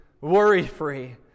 worry-free